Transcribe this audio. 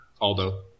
Aldo